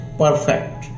perfect